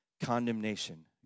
condemnation